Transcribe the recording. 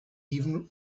even